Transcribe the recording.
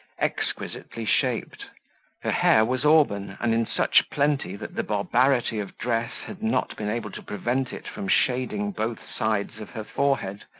exquisitely shaped her hair was auburn, and in such plenty, that the barbarity of dress had not been able to prevent it from shading both sides of her forehead,